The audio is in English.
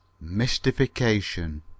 Mystification